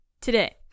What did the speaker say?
today